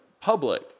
public